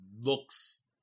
looks